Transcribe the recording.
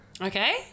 Okay